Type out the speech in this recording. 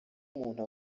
umuntu